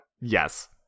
Yes